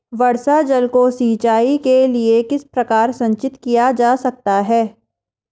वर्षा जल को सिंचाई के लिए किस प्रकार संचित किया जा सकता है?